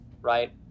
right